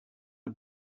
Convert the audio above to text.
are